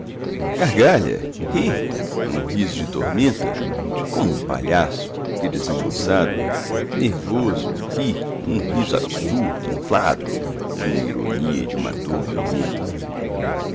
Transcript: gargalha ri num riso de tormenta como um palhaço que desengonçado nervoso ri num riso absurdo inflado de uma ironia e de uma dor violenta